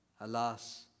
Alas